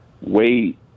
wait